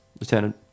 Lieutenant